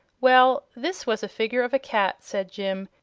well, this was a figure of a cat, said jim,